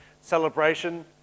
celebration